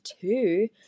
two